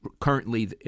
currently